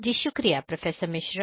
जी शुक्रिया प्रोफ़ेसर मिश्रा